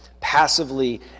passively